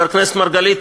חבר הכנסת מרגלית,